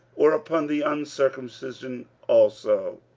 or upon the uncircumcision also?